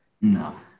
No